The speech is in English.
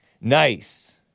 Nice